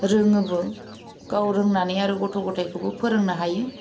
रोङोबो गाव रोंनानै आरो गथ' ग'थाइखौबो फोरोंनो हायो